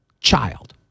child